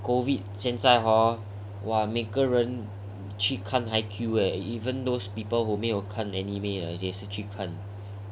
COVID 现在 hor !wah! 每个人去看 haikyuu eh even those people who 没有看 anime 的也是去看